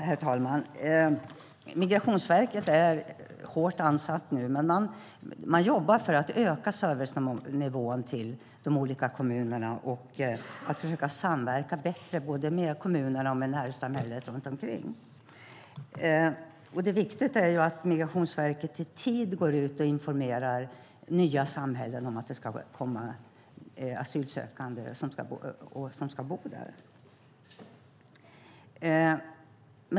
Herr talman! Migrationsverket är hårt ansatt. Man jobbar för att öka servicenivån till de olika kommunerna och för att försöka samverka bättre med kommunerna och närsamhället runt omkring. Det viktiga är att Migrationsverket i tid går ut och informerar nya samhällen om att det ska komma asylsökande som ska bo där.